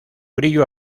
brillo